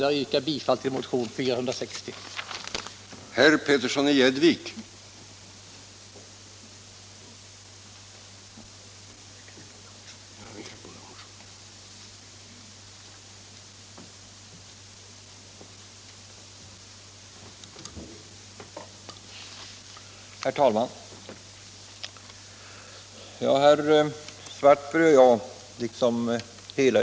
Jag yrkar bifall till motionen 1976/77:460.